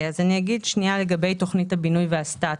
לגבי תוכנית הבינוי והסטטוס,